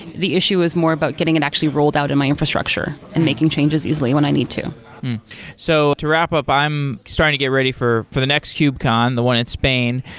the issue is more about getting it actually rolled out in my infrastructure and making changes easily when i need to so to wrap-up, i'm starting to get ready for for the next kubecon, the one in spain.